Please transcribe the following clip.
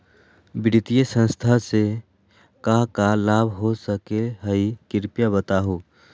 वित्तीय संस्था से का का लाभ हो सके हई कृपया बताहू?